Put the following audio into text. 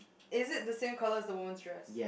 is it the same colour as the woman dress